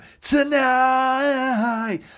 tonight